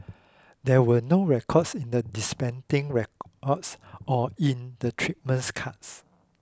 there were no records in the dispensing records or in the treatments cards